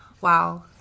Wow